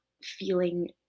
feeling